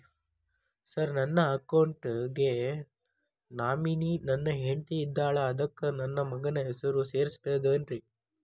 Sir ನನ್ನ account ಗೆ nominee ನನ್ನ ಹೆಂಡ್ತಿ ಇದ್ದಾಳ ಅದಕ್ಕ ನನ್ನ ಮಗನ ಹೆಸರು ಸೇರಸಬಹುದೇನ್ರಿ?